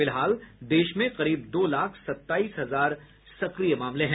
फिलहाल देश में करीब दो लाख सत्ताईस हजार सक्रिय मामले हैं